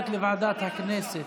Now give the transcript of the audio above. לוועדת הכנסת.